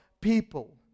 people